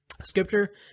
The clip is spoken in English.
scripture